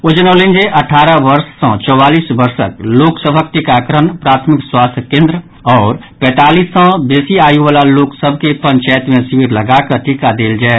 ओ जनौलनि जे अठारह सँ चौवालीस वर्षक लोक सभक टीकाकरण प्राथमिक स्वास्थ्य केन्द्र आओर पैंतालीस सँ बेसी आयुवला लोक सभ के पंचायत मे शिविर लगाकऽ टीका देल जाय